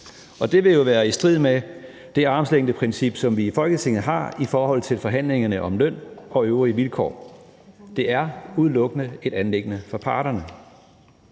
Og det vil jo være i strid med det armslængdeprincip, som vi i Folketinget har i forhold til forhandlingerne om løn og øvrige vilkår. Det er udelukkende et anliggende for parterne.